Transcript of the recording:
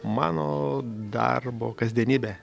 mano darbo kasdienybė